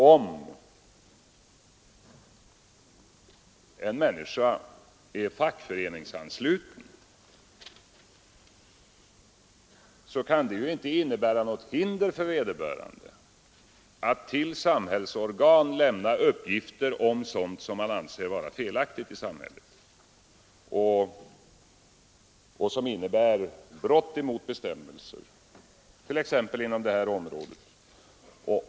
Om en människa är fackföreningsansluten, så kan det inte innebära något hinder för vederbörande att till samhällsorgan lämna uppgifter om sådant som hon anser vara felaktigt och som innebär brott mot bestämmelser, t.ex. på detta område.